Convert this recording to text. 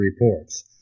reports